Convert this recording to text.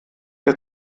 ihr